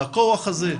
על הכוח הזה?